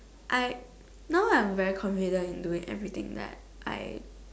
I now I'm very confident in doing everything that I